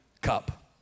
cup